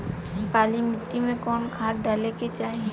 काली मिट्टी में कवन खाद डाले के चाही?